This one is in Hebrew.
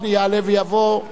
יגיע וישמיע.